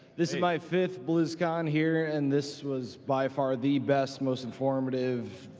this is my fifth blizzcon here, and this was by far the best, most informative,